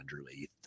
underneath